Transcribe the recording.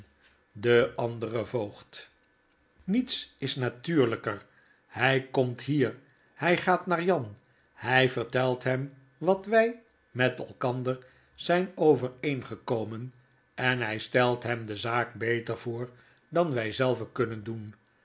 de andere voogd niets is natuurlyker hij komt hier hy gaat naar jan hy vertelt hem wat wy met elkander zyn overeengekomen en hij stelt hem de zaak beter voor dan wy zelven kunnen doen